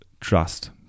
trust